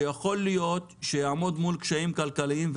שיכול להיות שיעמוד מול קשיים כלכליים,